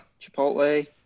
Chipotle